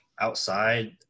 outside